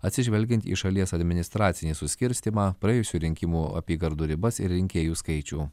atsižvelgiant į šalies administracinį suskirstymą praėjusių rinkimų apygardų ribas ir rinkėjų skaičių